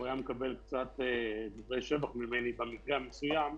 כי הוא היה מקבל קצת דברי שבח ממני במקרה המסוים הזה.